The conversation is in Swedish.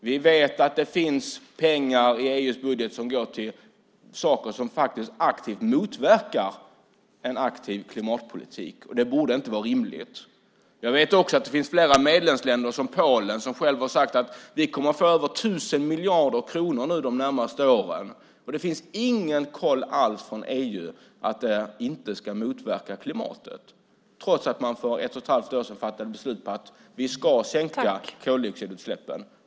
Vi vet att det finns pengar i EU:s budget som går till saker som aktivt motverkar en aktiv klimatpolitik, och det borde inte vara rimligt. Jag vet också att det finns flera medlemsländer, som Polen, som har sagt att de kommer att få över tusen miljarder kronor de närmaste åren. Det finns ingen koll alls från EU att de inte kommer att försämra klimatet, trots att man för ett och ett halvt år sedan fattade beslut om att vi ska sänka koldioxidutsläppen.